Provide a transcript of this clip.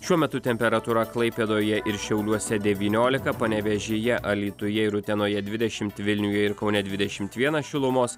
šiuo metu temperatūra klaipėdoje ir šiauliuose devyniolika panevėžyje alytuje ir utenoje dvidešimt vilniuje ir kaune dvidešimt vienas šilumos